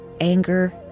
anger